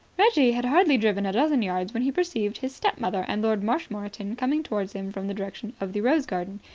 reggie had hardly driven a dozen yards when he perceived his stepmother and lord marshmoreton coming towards him from the direction of the rose-garden.